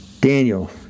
Daniel